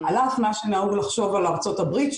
על אף מה שנהוג לחשוב על ארצות הברית,